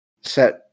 set